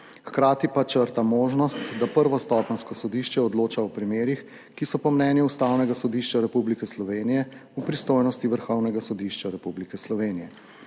Hkrati pa črta možnost, da prvostopenjsko sodišče odloča o primerih, ki so po mnenju Ustavnega sodišča Republike Slovenije v pristojnosti Vrhovnega sodišča Republike Slovenije.